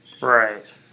Right